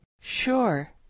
Sure